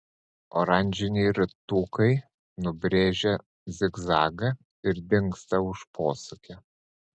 oranžiniai ratukai nubrėžia zigzagą ir dingsta už posūkio